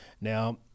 Now